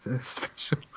special